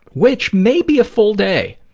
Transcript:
which may be a full day.